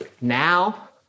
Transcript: now